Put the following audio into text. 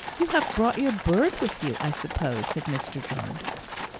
you have brought your bird with you, i suppose? said mr. jarndyce.